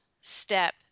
step